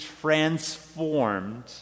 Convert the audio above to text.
transformed